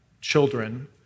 children